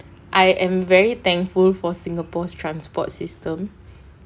I am very thankful for singapore's transport system